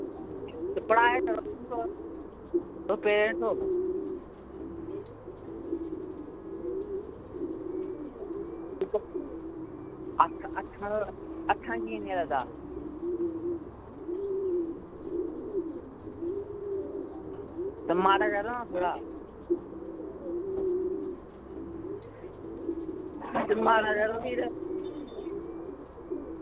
पढ़ायाकरो उसी तुस आक्खै कीनी लगदा मारा करो हां थोह्ड़ा ते मारा करो उसी ते